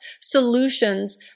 solutions